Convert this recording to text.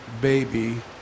baby